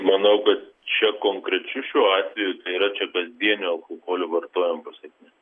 manau kad čia konkrečiu šiuo atveju tai yra čia kasdienio alkoholio vartojimo pasekmė